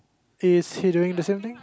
is he doing the same thing